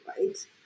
right